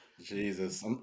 jesus